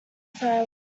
silence